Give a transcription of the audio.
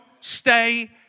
stay